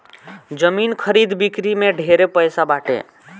जमीन खरीद बिक्री में ढेरे पैसा बाटे